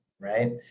right